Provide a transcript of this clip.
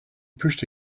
pushed